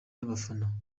y’abafana